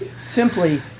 simply